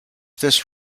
this